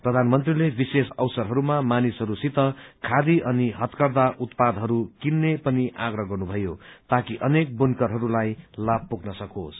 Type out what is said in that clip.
प्रधानमन्त्रीले विशेष अवसरहरूमा मानिसहरूसित खादी अनि हथकरथा उत्पादहरू कित्रे पनि आग्रह गर्नुभयो ताकि अनेक बनुकरहस्लाई लाभ पुग्न सकोस्